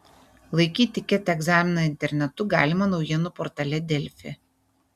laikyti ket egzaminą internetu galima naujienų portale delfi